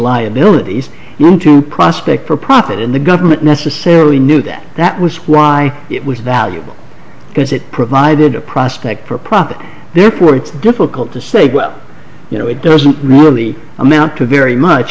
liabilities into prospect for profit in the government necessarily knew that that was right it was valuable because it provided a prospect for profit therefore it's difficult to say well you know it doesn't really amount to very much